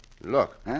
Look